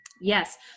Yes